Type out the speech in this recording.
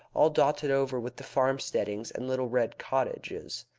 all dotted over with the farmsteadings and little red cottages,